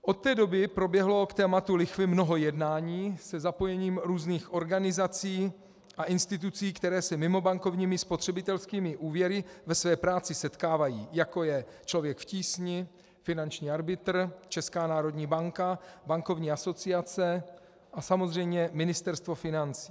Od té doby proběhlo k tématům lichvy mnoho jednání se zapojením různých organizací a institucí, které se mimobankovními spotřebitelskými úvěry ve své práci setkávají, jako je Člověk v tísni, finanční arbitr, Česká národní banka, Bankovní asociace a samozřejmě Ministerstvo financí.